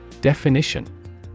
Definition